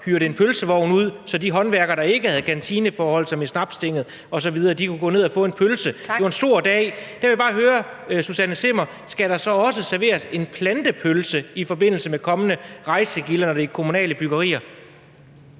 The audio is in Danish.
hyrede en pølsevogn ud, så de håndværkere, der ikke havde kantineforhold ligesom i Snapstinget osv., kunne gå ned at få en pølse. (Den fg. formand (Annette Lind): Tak!) Det var en stor dag. Der vil jeg bare høre Susanne Zimmer: Skal der så også serveres en plantepølse i forbindelse med kommende rejsegilder, når det er kommunale byggerier?